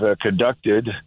conducted